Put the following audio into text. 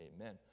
Amen